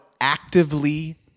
actively